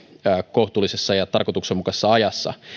kohtuullisessa ja tarkoituksenmukaisessa ajassa